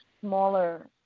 smaller